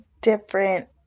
different